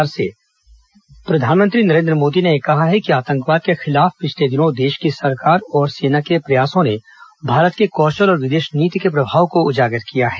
प्रधानमंत्री संबोधन प्रधानमंत्री नरेन्द्र मोदी ने कहा है कि आतंकवाद के खिलाफ पिछले दिनों देश की सरकार और सेना के प्रयासों ने भारत के कौशल और विदेश नीति के प्रभाव को उजागर किया है